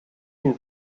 une